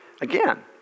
Again